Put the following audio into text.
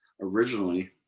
originally